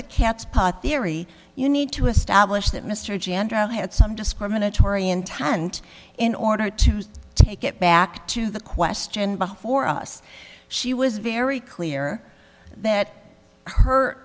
the cat's paw theory you need to establish that mr jan drew had some discriminatory intent in order to take it back to the question before us she was very clear that her